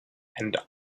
and